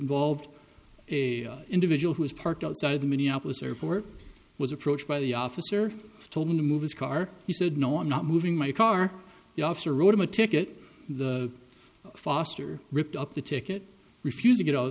involve a individual who is parked outside the minneapolis airport was approached by the officer told him to move his car he said no i'm not moving my car the officer wrote him a ticket foster ripped up the ticket refused to get out of